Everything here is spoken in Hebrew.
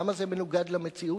למה זה מנוגד למציאות?